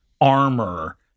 armor